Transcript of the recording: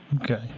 okay